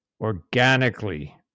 Organically